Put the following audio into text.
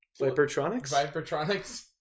Vipertronics